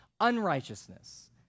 unrighteousness